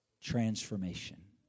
Transformation